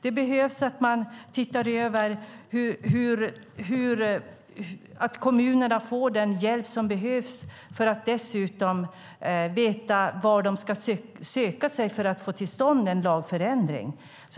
Man behöver titta över hur kommunerna kan få den hjälp som behövs för att dessutom veta var de ska söka sig för att få till stånd en lagändring.